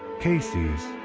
casey's.